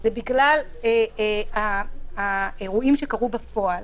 זה בגלל האירועים שקרו בפועל